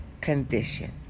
condition